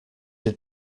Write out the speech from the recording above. did